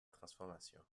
transformation